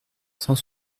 cent